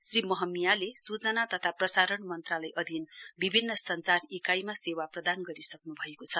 श्री महमियाले सूचना तथा प्रसारण मन्त्रालय अधिन विभिन्न सञ्चार इकाइमा सेवा प्रदान गरिसक्न् भएको छ